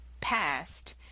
past